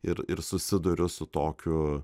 ir ir susiduriu su tokiu